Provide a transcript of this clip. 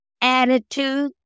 attitude